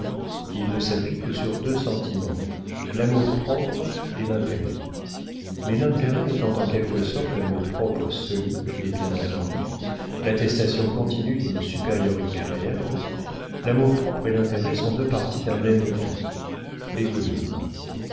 il ne s'appuie que sur deux sentiments l'amour-propre et l'intérêt mais l'intérêt étant en quelque sorte l'amour-propre solide et bien entendu l'attestation continue d'une supériorité réelle l'amour-propre et l'intérêt sont deux parties d'un même tout l'égoïsme